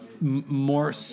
more